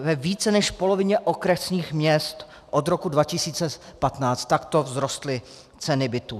Ve více než polovině okresních měst od roku 2015 takto vzrostly ceny bytů.